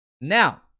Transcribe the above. Now